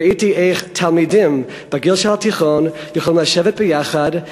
ראיתי איך תלמידים בגיל התיכון יכולים לשבת ביחד.